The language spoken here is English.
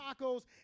tacos